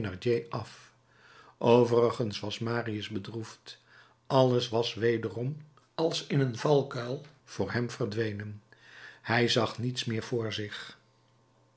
af overigens was marius bedroefd alles was wederom als in een valluik voor hem verdwenen hij zag niets meer voor zich